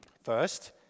First